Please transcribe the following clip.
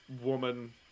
woman